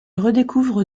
redécouvre